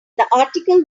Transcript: article